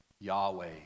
Yahweh